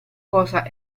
cosa